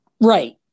Right